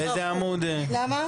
למה?